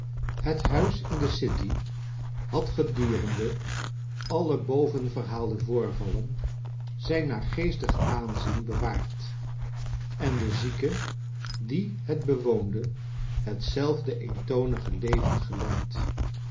het huis in de city had gedurende alle boven verhaalde voorvallen zijn naargeestig aanzien bewaard en de zieke die het bewoonde hetzelfde eentonige leven geleid